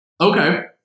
Okay